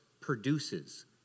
produces